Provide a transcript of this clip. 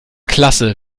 klasse